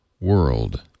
world